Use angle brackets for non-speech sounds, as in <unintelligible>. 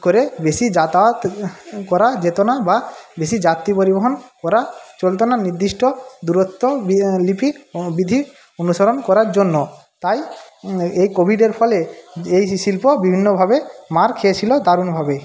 করে বেশি যাতায়াত করা যেত না বা বেশি যাত্রী পরিবহণ করা চলত না নির্দিষ্ট দূরত্ব <unintelligible> লিপি বিধি অনুসরণ করার জন্য তাই এই কোভিডের ফলে এই যে শিল্প বিভিন্নভাবে মার খেয়েছিল দারুণভাবে